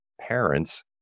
parents